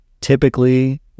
Typically